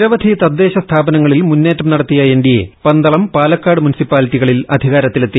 നിരവധി തദ്ദേശ സ്ഥാപനങ്ങളിൽ മുന്നേറ്റം നടത്തിയ എൻഡിഎ പന്തളം പാലക്കാട് മുനിസിപ്പാലിറ്റികളിൽ അധികാരത്തിലെത്തി